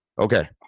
Okay